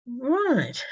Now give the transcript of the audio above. Right